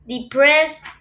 depressed